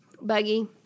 buggy